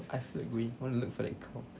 I feel like going I want to look for that cow